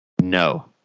No